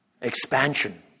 expansion